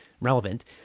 relevant